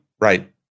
right